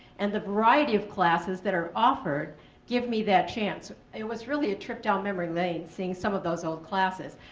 and the variety of classes that are offered give me that chance. it was really a trip down memory lane seeing some of those old classes.